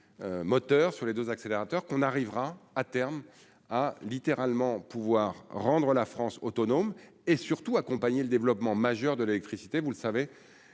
moteurs sur les 2 accélérateur qu'on arrivera à terme a littéralement pouvoir rendre la France autonome et surtout accompagner le développement majeur de l'électricité, vous le savez